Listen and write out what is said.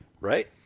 Right